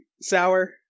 sour